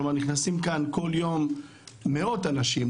נכנסים לכאן בכל יום מאות אנשים,